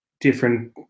different